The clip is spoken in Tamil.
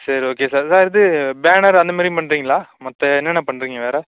சரி ஓகே சார் சார் இது பேனர் அந்த மாதிரியும் பண்ணுறீங்களா மொத்த என்னென்ன பண்ணுறீங்க வேறு